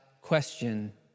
question